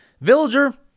villager